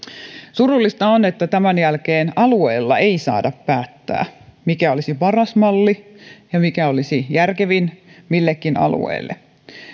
surullista on että tämän jälkeen alueilla ei saada päättää mikä olisi paras malli ja mikä olisi järkevin millekin alueelle